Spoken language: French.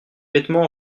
vêtements